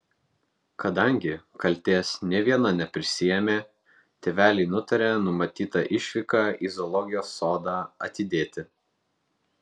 kadangi kaltės nė viena neprisiėmė tėveliai nutarė numatytą išvyką į zoologijos sodą atidėti